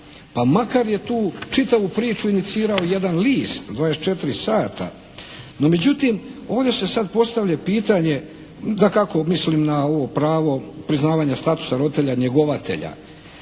pa makar je tu čitavu priču inicirao jedan list "24 sata", no međutim ovdje se sada postavlja pitanje, dakako mislim na ovo pravo priznavanja statusa roditelja njegovatelja.